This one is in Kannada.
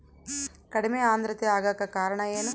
ಕಡಿಮೆ ಆಂದ್ರತೆ ಆಗಕ ಕಾರಣ ಏನು?